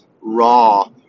raw